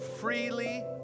Freely